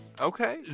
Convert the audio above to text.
Okay